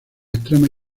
extremas